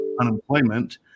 unemployment